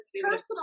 personal